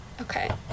Okay